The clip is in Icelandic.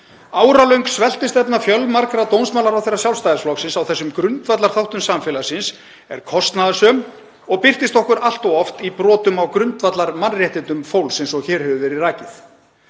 Áralöng sveltistefna fjölmargra dómsmálaráðherra Sjálfstæðisflokksins í þessum grundvallarþáttum samfélagsins er kostnaðarsöm og birtist okkur allt of oft í brotum á grundvallarmannréttindum fólks eins og hér hefur verið